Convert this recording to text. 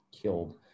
killed